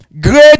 Great